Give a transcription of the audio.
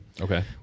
okay